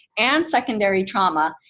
and secondary trauma,